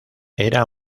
era